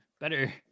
Better